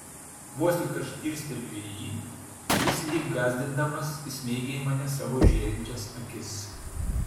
vos tik aš dirsteliu į jį jis lyg gąsdindamas įsmeigia į mane savo žėrinčias akis